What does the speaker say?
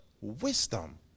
wisdom